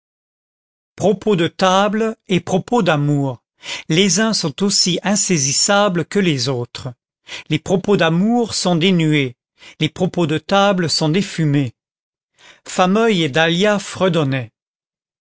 propos de table et propos d'amour les uns sont aussi insaisissables que les autres les propos d'amour sont des nuées les propos de table sont des fumées fameuil et dahlia fredonnaient